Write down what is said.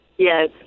Yes